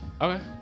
Okay